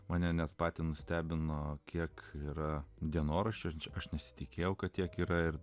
mane net patį nustebino kiek yra dienoraščiuose aš nesitikėjau kad tiek yra ir